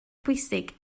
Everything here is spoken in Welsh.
pwysig